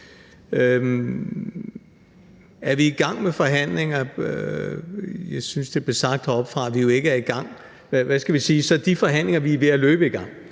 Er vi i gang med forhandlinger? Jeg synes, at det blev sagt heroppefra, at vi ikke er i gang med dem. Men man kan sige, at det er forhandlinger, som vi er ved at løbe i gang.